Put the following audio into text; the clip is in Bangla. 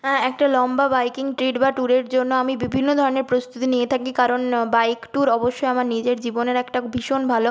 হ্যাঁ একটা লম্বা বাইকিং ট্রিট বা ট্যুরের জন্য আমি বিভিন্ন ধরনের প্রস্তুতি নিয়ে থাকি কারণ বাইক ট্যুর অবশ্যই আমার নিজের জীবনের একটা ভীষণ ভালো